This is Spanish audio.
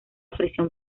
prisión